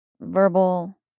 verbal